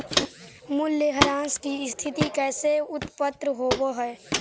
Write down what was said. मूल्यह्रास की स्थिती कैसे उत्पन्न होवअ हई?